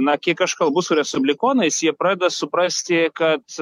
na kiek aš kalbu su respublikonais jie pradeda suprasti kad